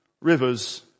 rivers